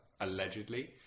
allegedly